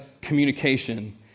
communication